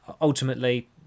ultimately